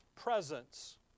presence